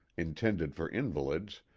intended for invalids,